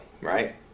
right